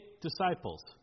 disciples